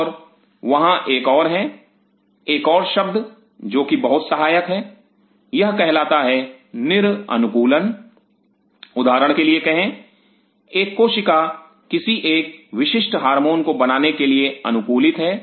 और वहां एक और हैं एक और शब्द जो कि बहुत सहायक है यह कहलाता है निर अनुकूलन उदाहरण के लिए कहें एक कोशिका किसी एक विशिष्ट हार्मोन को बनाने के लिए अनुकूलित है